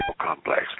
complex